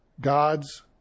God's